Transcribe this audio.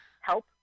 help